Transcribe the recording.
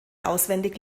auswendig